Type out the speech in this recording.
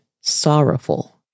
sorrowful